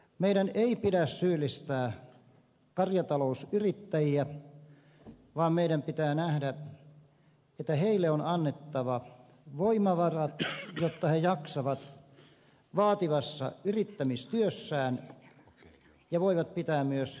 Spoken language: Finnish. meidän ei pidä syyllistää karjatalousyrittäjiä vaan meidän pitää nähdä että heille on annettava voimavarat jotta he jaksavat vaativassa yrittämistyössään ja voivat pitää myös kotieläimistä huolta